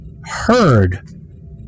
heard